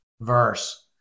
verse